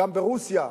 גם ברוסיה.